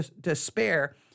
despair